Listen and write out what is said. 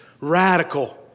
Radical